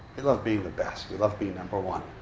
we love being the best. we love being number one.